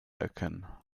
erkennen